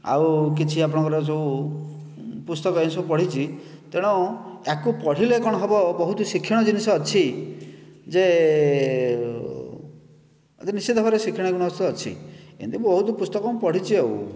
ଆଉ କିଛି ଆପଣଙ୍କର ଯେଉଁ ପୁସ୍ତକ ଏଇ ସବୁ ପଢିଛି ତେଣୁ ୟାକୁ ପଢିଲେ କଣ ହବ ବହୁତ ଶିକ୍ଷଣୀୟ ଜିନିଷ ଅଛି ଯେ ନିଶ୍ଚିତ ଭାବରେ ଶିକ୍ଷଣୀୟ ଜିନିଷ ତ ଅଛି ଏମିତି ବହୁତ ପୁସ୍ତକ ମୁଁ ପଢିଛି ଆଉ